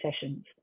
sessions